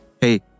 Hey